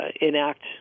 enact